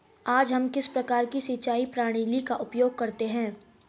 आज हम किस प्रकार की सिंचाई प्रणाली का उपयोग करते हैं?